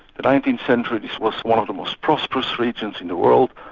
the nineteenth century this was one of the most prosperous regions in the world,